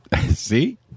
See